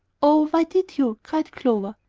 oh, why did you? cried clover.